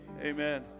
Amen